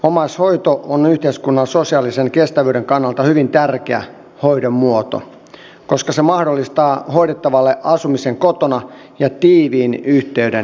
omaishoito on yhteiskunnan sosiaalisen kestävyyden kannalta hyvin tärkeä hoidon muoto koska se mahdollistaa hoidettavalle asumisen kotona ja tiiviin yhteyden perheeseen